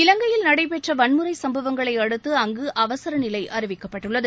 இலங்கையில் நடைபெற்ற வன்முறை சம்பவங்களை அடுத்து அங்கு அவசரநிலை அறிவிக்கப்பட்டுள்ளது